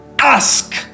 Ask